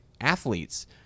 athletes